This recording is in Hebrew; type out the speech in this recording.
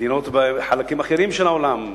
מדינות בחלקים אחרים של העולם,